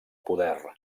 poder